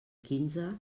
quinze